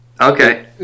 Okay